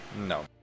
no